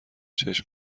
چشم